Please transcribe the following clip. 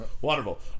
Wonderful